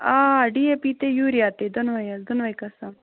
آ D A P تہِ urea تہِ دۄنواے حظ دۅنوے قٕسم